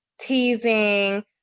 Teasing